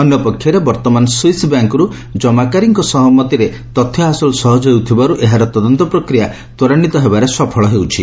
ଅନ୍ୟପକ୍ଷରେ ବର୍ଭମାନ ସୁଇସ୍ ବ୍ୟାଙ୍କ୍ରୁ ଜମାକାରୀଙ୍କ ସହମତିରେ ତଥ୍ୟ ହାସଲ ସହଜ ହେଉଥିବାର୍ ଏହାର ତଦନ୍ତ ପ୍ରକ୍ରିୟା ତ୍ୱରାନ୍ୱିତ ହେବାରେ ସଫଳ ହେଉଛି